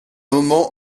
moment